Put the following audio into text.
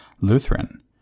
Lutheran